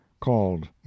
called